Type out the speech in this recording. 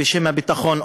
בשם הביטחון,